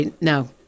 No